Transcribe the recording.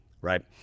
Right